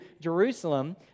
Jerusalem